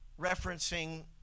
referencing